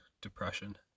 depression